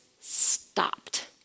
stopped